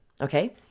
okay